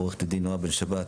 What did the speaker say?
עו"ד נעה בן שבת.